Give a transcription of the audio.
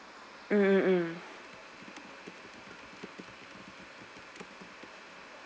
mm